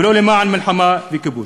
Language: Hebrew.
ולא למען מלחמה וכיבוש.